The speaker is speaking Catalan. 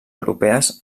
europees